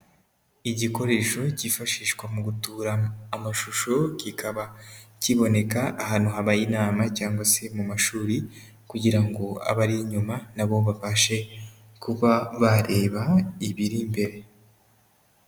Igikoresho cyifashishwa mu gutubura amashusho kikaba kiboneka ahantu habaye inama cyangwa se mu mashuri kugira ngo abari inyuma na bo babashe kuba bareba ibiri imbere.